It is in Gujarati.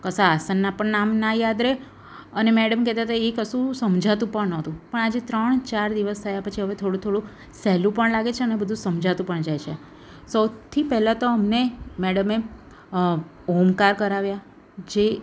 કશા આસનનાં પણ નામ ના યાદ રહે અને મેડમ કહેતા હતાં એ કશું સમજતું પણ નહોતું પણ આજે ત્રણ ચાર દિવસ થયા પછી હવે થોડું થોડું સહેલું પણ લાગે છે અને બધું સમજાતું પણ જાય છે સૌથી પહેલાં તો અમને મેડમે ઓમકાર કરાવ્યા જે